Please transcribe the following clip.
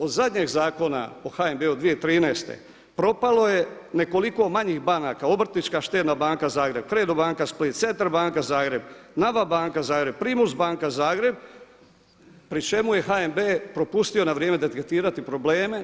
Od zadnjeg Zakona o HNB-u 2013. propalo je nekoliko manjih banaka, Obrtnička-štedna banka Zagreb, Credo banka Split, Centar banka Zagreb, Naba banka Zagreb, Primus banka Zagreb pri čemu je HNB propustio na vrijeme detektirati probleme.